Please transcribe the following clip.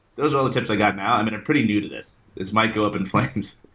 those are all the tips i got now. i'm and i'm pretty new to this. this might go up in flames.